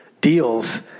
deals